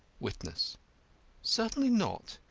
witness certainly not.